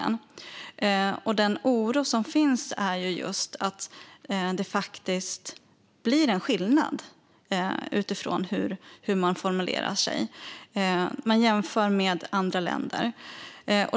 Den oro som finns gäller att det faktiskt blir en skillnad utifrån hur man formulerar sig. Man jämför med andra länder.